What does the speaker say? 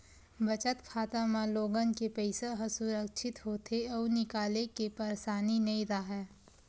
बचत खाता म लोगन के पइसा ह सुरक्छित होथे अउ निकाले के परसानी नइ राहय